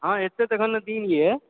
हाँ एतय अखन दिन यऽ